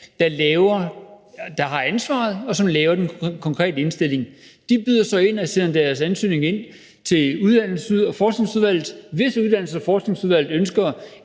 der har ansvaret, og som laver den konkrete indstilling. De byder så ind og sender deres ansøgning til Uddannelses- og Forskningsudvalget. Hvis Uddannelses- og Forskningsudvalget ønsker